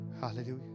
Hallelujah